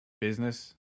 business